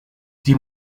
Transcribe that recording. die